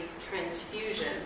transfusion